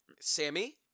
Sammy